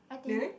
did they